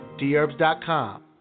dherbs.com